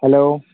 hello